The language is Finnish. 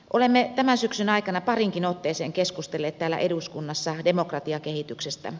olemme tämän syksyn aikana pariinkin otteeseen keskustelleet täällä eduskunnassa demokratiakehityksestä